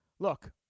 Look